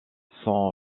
son